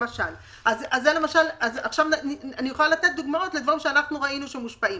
אני יכולה לתת דוגמאות לדברים שראינו שהם מושפעים.